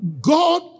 God